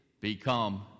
become